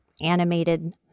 animated